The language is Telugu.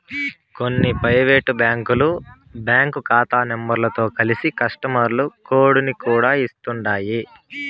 కొన్ని పైవేటు బ్యాంకులు బ్యాంకు కాతా నెంబరుతో కలిసి కస్టమరు కోడుని కూడా ఇస్తుండాయ్